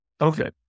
Okay